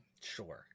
Sure